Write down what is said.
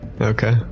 Okay